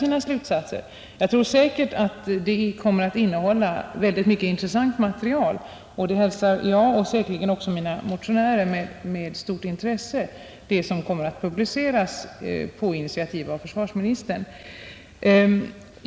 Jag tror att det material som kommer att publiceras innehåller väldigt mycket av intresse, och det hälsar jag och säkerligen också mina medmotionärer med stor tillfredsställelse.